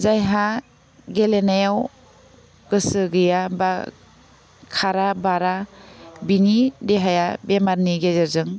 जायहा गेलेनायाव गोसो गैया बा खारा बारा बिनि देहाया बेमारनि गेजेरजों